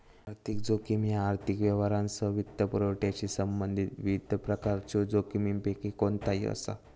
आर्थिक जोखीम ह्या आर्थिक व्यवहारांसह वित्तपुरवठ्याशी संबंधित विविध प्रकारच्यो जोखमींपैकी कोणताही असा